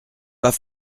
pas